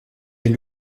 est